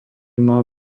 mal